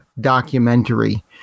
documentary